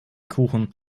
kuchen